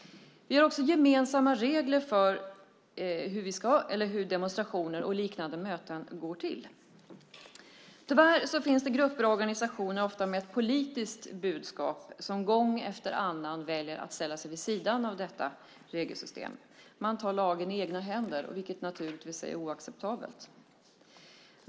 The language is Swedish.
Vi har också gemensamma regler för hur demonstrationer och liknande möten ska gå till. Tyvärr finns det grupper och organisationer, ofta med ett politiskt budskap, som gång efter annan väljer att ställa sig vid sidan av detta regelsystem. Man tar lagen i egna händer, vilket naturligtvis är oacceptabelt.